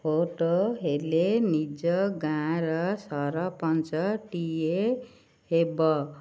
vote ହେଲେ ନିଜ ଗାଁର ସରପଞ୍ଚଟିଏ ହେବ